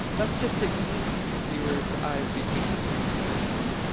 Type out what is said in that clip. that's just to ease your viewer's eyes between these two transitions.